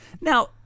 Now